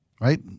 right